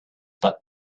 but